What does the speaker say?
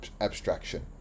abstraction